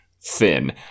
thin